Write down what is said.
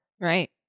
Right